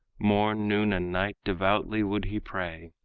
morn, noon and night devoutly would he pray,